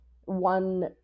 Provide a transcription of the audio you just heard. one